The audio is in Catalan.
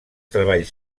treballs